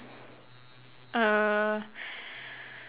uh